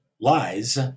lies